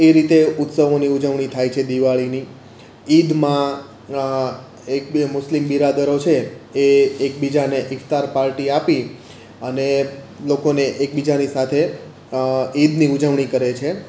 એ રીતે ઉત્સવોની ઉજવણી થાય છે દિવાળીની ઈદમાં એક બે મુસ્લિમ બિરાદરો છે એ એકબીજાને ઇફ્તાર પાર્ટી આપી અને લોકોને એકબીજાની સાથે ઈદની ઉજવણી કરે છે